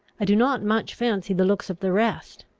i do not much fancy the looks of the rest.